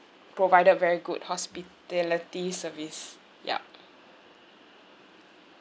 provided very good hospitality service yup